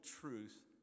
truth